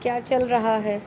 کیا چل رہا ہے